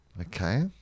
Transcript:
Okay